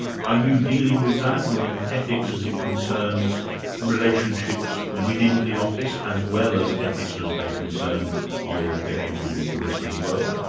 are you dealing with that, with ethics as it concerns relationships within the office as well as ethics as they concern your behaviour with the rest of the world?